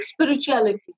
spirituality